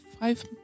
five